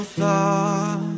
thought